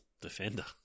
defender